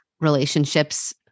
relationships